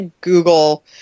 Google